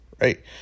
right